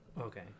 okay